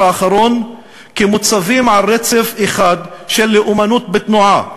האחרון כמוצבים על רצף אחד של לאומנות בתנועה,